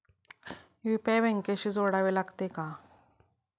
UPI बँकेशी जोडावे लागते का?